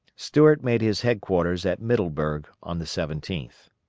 stuart made his headquarters at middleburg on the seventeenth.